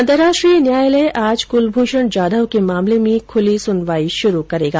अंतरराष्ट्रीय न्यायालय आज कुलभूषण जाधव के मामले में खुली सुनवाई शुरू करेगा